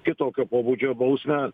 kitokio pobūdžio bausmę